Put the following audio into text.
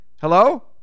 hello